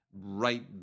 right